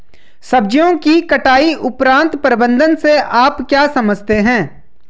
सब्जियों की कटाई उपरांत प्रबंधन से आप क्या समझते हैं?